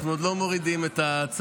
אנחנו עוד לא מורידים את הצמיד.